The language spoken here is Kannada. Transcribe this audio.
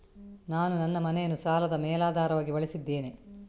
ನಾನು ನನ್ನ ಮನೆಯನ್ನು ಸಾಲದ ಮೇಲಾಧಾರವಾಗಿ ಬಳಸಿದ್ದೇನೆ